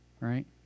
right